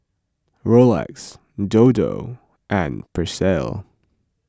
Rolex Dodo and Persil